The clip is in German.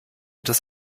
des